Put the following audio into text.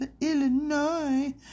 Illinois